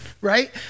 right